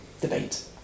debate